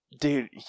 Dude